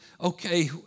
okay